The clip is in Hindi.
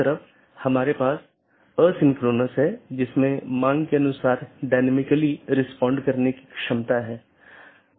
तो यह AS संख्याओं का एक सेट या अनुक्रमिक सेट है जो नेटवर्क के भीतर इस राउटिंग की अनुमति देता है